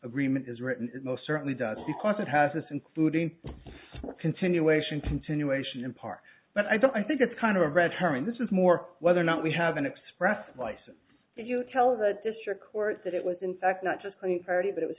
agreement is written most certainly does because it has this including continuation continuation in part but i don't i think it's kind of a red herring this is more whether or not we have an express license if you tell the district court that it was in fact not just clean party but it was